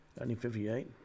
1958